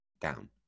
down